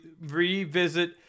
revisit